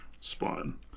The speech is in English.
Spawn